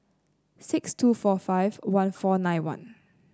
six two four five one four nine one